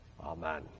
Amen